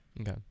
Okay